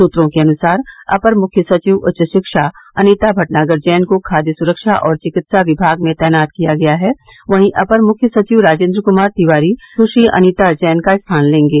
सूत्रों के अनुसार अपर मुख्य सचिव उच्च शिक्षा अनीता भटनागर जैन को खाद्य सुरक्षा और चिकित्सा विभाग में तैनात किया गया है वहीं अपर मुख्य सचिव राजेन्द्र क्मार तिवारी सुश्री अनीता जैन का स्थान लेंगे